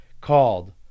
called